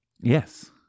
Yes